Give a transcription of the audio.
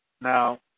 Now